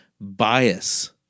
bias